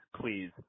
please